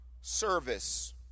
service